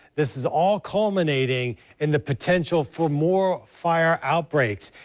this is all culminating in the potential for more fire outbreaks.